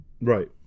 right